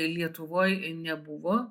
lietuvoj nebuvo